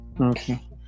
Okay